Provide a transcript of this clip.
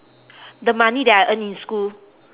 the money that I earned in school